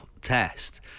test